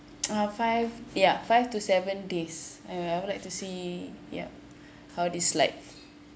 uh five ya five to seven days uh I would like to see yup how this like